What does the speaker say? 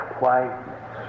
quietness